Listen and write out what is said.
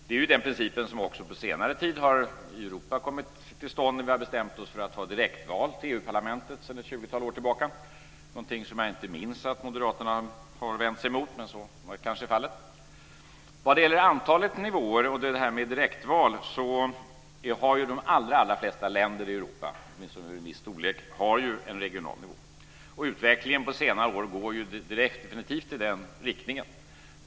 Det är den princip som också på senare tid har kommit till stånd i Europa när vi har bestämt oss för att ha direktval till EU-parlamentet sedan ett tjugotal år tillbaka. Det minns jag inte att Moderaterna har vänt sig emot, men så kanske är fallet. När det gäller antalet nivåer och direktval så har de allra flesta länder i Europa, åtminstone länder över en viss storlek, en regional nivå. Och utvecklingen under senare år går ju definitivt i den riktningen.